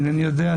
אני אינני יודע.